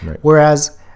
Whereas